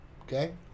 okay